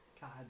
God